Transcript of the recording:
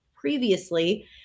previously